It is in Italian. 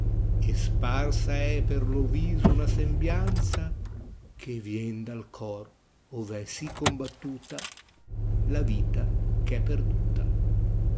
pietanza sparsa è per lo viso una sembianza che vien dal cor ov è sì combattuta la vita eh è perduta